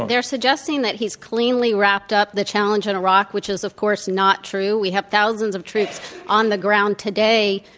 they're suggesting that he's cleanly wrapped up the challenge in iraq, which is, of course, not true. we have thousands of troops on the ground today,